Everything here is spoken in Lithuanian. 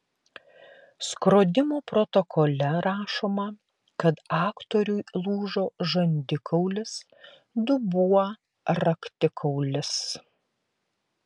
skrodimo protokole rašoma kad aktoriui lūžo žandikaulis dubuo raktikaulis